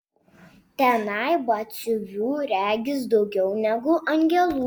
tenai batsiuvių regis daugiau negu angelų